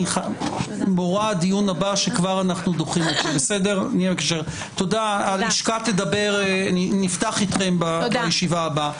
נהיה בקשר, נפתח אתכם בישיבה הבאה.